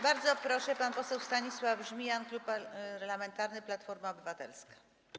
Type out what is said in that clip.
Bardzo proszę, pan poseł Stanisław Żmijan, Klub Parlamentarny Platforma Obywatelska.